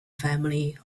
family